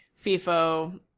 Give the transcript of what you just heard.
fifo